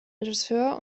regisseur